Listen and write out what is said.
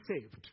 saved